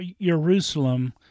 Jerusalem